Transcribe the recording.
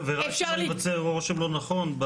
ורק שלא ייווצר רושם לא נכון.